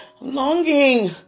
longing